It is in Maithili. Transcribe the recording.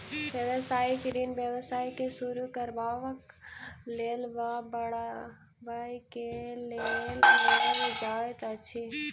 व्यवसायिक ऋण व्यवसाय के शुरू करबाक लेल वा बढ़बय के लेल लेल जाइत अछि